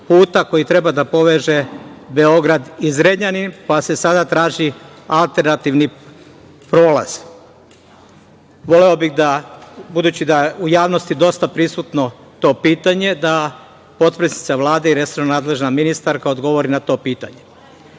puta koji treba da poveže Beograd i Zrenjanin, pa se sada traži alternativni prolaz? Voleo bih da, budući da je u javnosti dosta prisutno to pitanje, potpredsednica Vlade i resorna ministarka odgovori na to pitanje. Takođe,